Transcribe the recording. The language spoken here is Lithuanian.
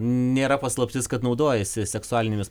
nėra paslaptis kad naudojasi seksualinėmis